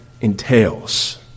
entails